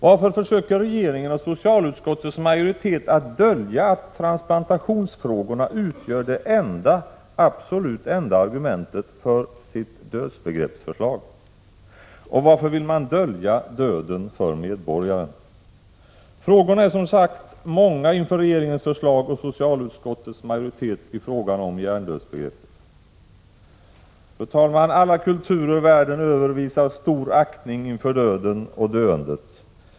Varför försöker regeringen och socialutskottets majoritet dölja att transplantationsfrågorna utgör det enda, absolut enda argumentet för sitt dödsbegreppsförslag? Och varför vill man dölja döden för medborgaren? Frågorna är många inför regeringens förslag och förslaget från socialutskottets majoritet i frågan om hjärndödsbegreppet. Fru talman! Alla kulturer världen över visar stor aktning inför döden och döendet.